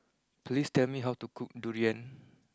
please tell me how to cook Durian